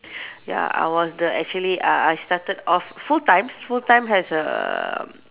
ya I was the actually uh I started off full time full time has err